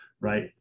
right